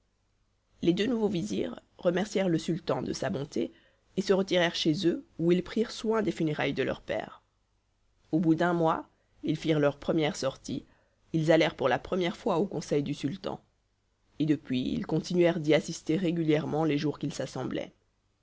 les deux nouveaux vizirs remercièrent le sultan de sa bonté et se retirèrent chez eux où ils prirent soin des funérailles de leur père au bout d'un mois ils firent leur première sortie ils allèrent pour la première fois au conseil du sultan et depuis ils continuèrent d'y assister régulièrement les jours qu'il